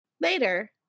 Later